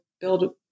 build